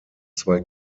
zwei